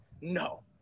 no